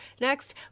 next